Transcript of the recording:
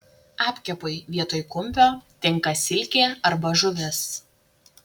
apkepui vietoj kumpio tinka silkė arba žuvis